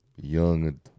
young